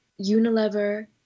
Unilever